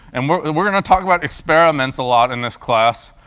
and we're we're going to talk about experiments a lot in this class,